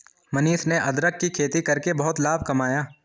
मनीष ने अदरक की खेती करके बहुत लाभ कमाया